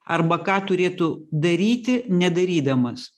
arba ką turėtų daryti nedarydamas